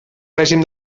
règim